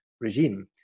regime